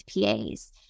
PAs